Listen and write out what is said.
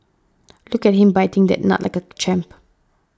look at him biting that nut like a champ